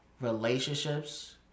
relationships